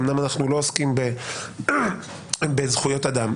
אומנם אנחנו לא עוסקים בזכויות אדם,